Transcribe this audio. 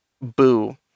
Boo